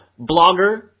blogger